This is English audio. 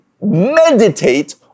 meditate